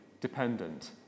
dependent